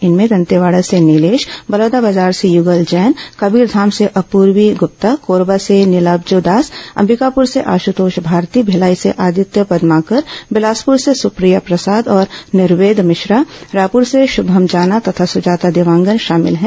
इनमें दंतेवाड़ा से नीलेश बलौदाबाजार से युगल जैन कबीरधाम से अपूर्वी गुप्ता कोरबा से निलाब्जो दास अंबिकापुर से आशुतोष भारती भिलाई से आदित्य पदमाकर बिलासपुर से सुप्रिया प्रसाद और निर्वेद मिश्रा रायपुर से शुभम जाना तथा सुजाता देवांगन शामिल हैं